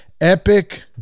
epic